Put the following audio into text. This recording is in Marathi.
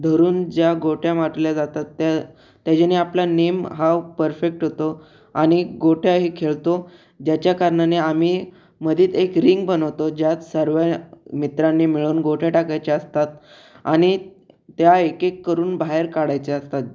धरून ज्या गोट्या माटल्या जातात त्या त्याच्याने आपला नेम हा परफेक्ट होतो आणि गोट्याही खेळतो ज्याच्या कारणाने आम्ही मधीत एक रिंग बनवतो ज्यात सर्व मित्रांनी मिळून गोट्या टाकायच्या असतात आणि त्या एक एक करून बाहेर काढायच्या असतात